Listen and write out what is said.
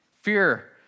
Fear